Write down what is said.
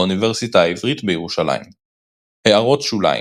האוניברסיטה העברית בירושלים == הערות שוליים שוליים ==